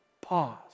pause